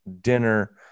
dinner